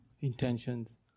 intentions